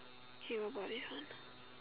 okay bye bye